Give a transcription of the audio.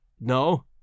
No